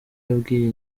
yabwiye